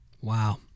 Wow